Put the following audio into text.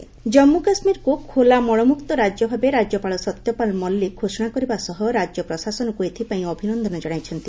JK ODF Jammu କାଶ୍ମୀରକୁ ଖୋଲା ମଳମୁକ୍ତ ରାଜ୍ୟ ଭାବେ ରାଜ୍ୟପାଳ ସତ୍ୟପାଲ୍ ମଲ୍ଲିକ ଘୋଷଣା କରିବା ସହ ରାଜ୍ୟ ପ୍ରଶାସନକୁ ଏଥିପାଇଁ ଅଭିନନ୍ଦନ ଜଣାଇଛନ୍ତି